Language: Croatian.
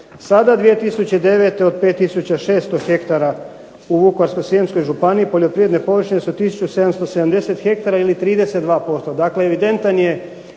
Sada 2009. od 5 tisuća 600 hektara u Vukovarsko-srijemskoj županiji poljoprivredne površine su tisuću 770 hektara ili 32%.